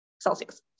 Celsius